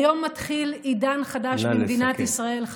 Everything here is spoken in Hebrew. היום מתחיל עידן חדש במדינת ישראל, נא לסכם.